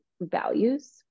values